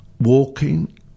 walking